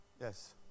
Yes